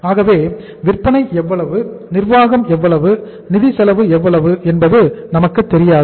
ஆகவே விற்பனை எவ்வளவு நிர்வாகம் எவ்வளவு நிதி செலவு எவ்வளவு என்பது நமக்கு தெரியாது